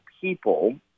people